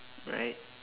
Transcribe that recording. right